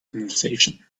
conversation